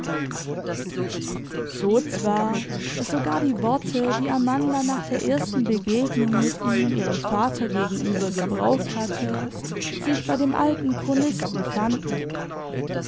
so zwar daß sogar die worte die amanda nach der ersten begegnung mit ihm ihrem vater gegenüber gebraucht hatte sich bei dem alten chronisten fanden